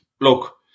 Look